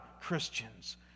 Christians